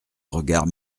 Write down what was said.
regard